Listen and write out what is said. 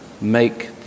make